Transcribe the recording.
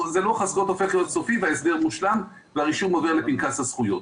זה הופך להיות סופי וההסדר מושלם והרישום עובר לפנקס הזכויות.